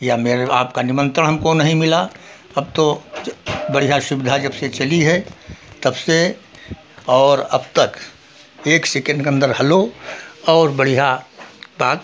या मेरे आपका निमंत्रण हमको नहीं मिला अब तो ज बढ़िया सुविधा जब से चली है तब से और अब तक एक सेकंड के अंदर हेलो और बढ़िया बात